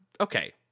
okay